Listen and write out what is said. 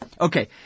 Okay